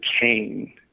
Kane